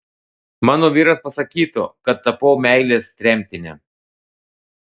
mano vyras pasakytų kad tapau meilės tremtine